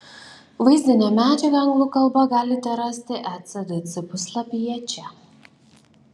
vaizdinę medžiagą anglų kalba galite rasti ecdc puslapyje čia